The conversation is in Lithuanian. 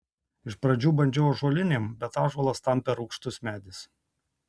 iš pradžių bandžiau ąžuolinėm bet ąžuolas tam per rūgštus medis